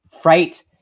fright